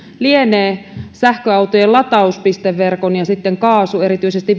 lienee sähköautojen latauspisteverkon ja sitten kaasu erityisesti